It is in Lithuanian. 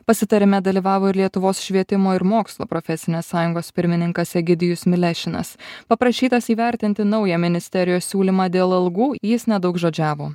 pasitarime dalyvavo ir lietuvos švietimo ir mokslo profesinės sąjungos pirmininkas egidijus milešinas paprašytas įvertinti naują ministerijos siūlymą dėl algų jis nedaugžodžiavo